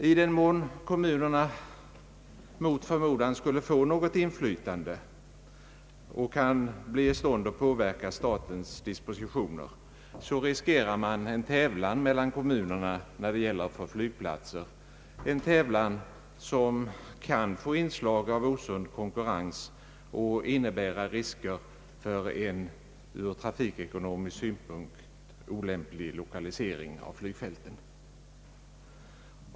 I den mån kommunerna mot förmodan skulle få något inflytande och kan bli i stånd att påverka statens dispositioner, riskerar man en tävlan mellan kommunerna när det gäller flygplatser, en tävlan som kan få inslag av osund konkurrens och innebära risker för en ur trafikekonomisk synpunkt olämplig lokalisering av flygfälten.